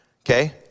okay